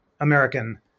American